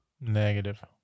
Negative